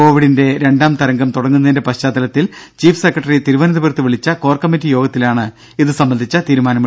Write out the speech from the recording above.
കൊവിഡിന്റെ രണ്ടാം തരംഗം തുടങ്ങുന്നതിന്റെ പശ്ചാത്തലത്തിൽ ചീഫ് സെക്രട്ടറി തിരുവനന്തപുരത്ത് വിളിച്ച കോർ കമ്മറ്റി യോഗത്തിലാണ് തീരുമാനം